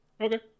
Okay